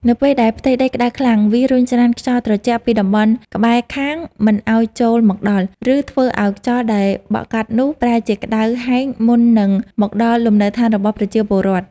នៅពេលដែលផ្ទៃដីក្ដៅខ្លាំង វារុញច្រានខ្យល់ត្រជាក់ពីតំបន់ក្បែរខាងមិនឱ្យចូលមកដល់ ឬធ្វើឱ្យខ្យល់ដែលបក់កាត់នោះប្រែជាក្ដៅហែងមុននឹងមកដល់លំនៅឋានរបស់ប្រជាពលរដ្ឋ។